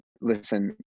listen